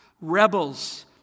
Rebels